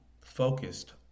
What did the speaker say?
focused